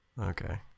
Okay